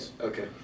okay